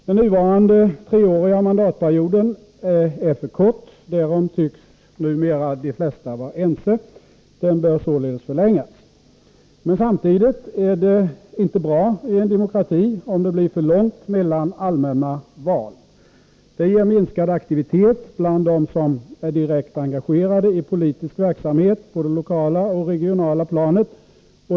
Den nuvarande treåriga mandatperioden är för kort, därom tycks numera de flesta vara ense. Den bör således förlängas. Men samtidigt är det inte bra i en demokrati om det blir för långt mellan allmänna val. Det ger minskad aktivitet bland dem som är direkt engagerade i politisk verksamhet på det lokala och regionala planet.